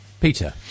Peter